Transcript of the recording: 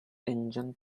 engine